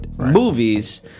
Movies